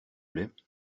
plait